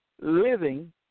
living